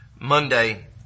Monday